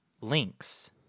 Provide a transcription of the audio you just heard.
links